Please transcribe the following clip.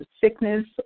sickness